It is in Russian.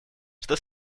что